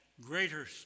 greater